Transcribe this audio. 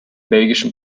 belgischen